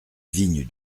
vigne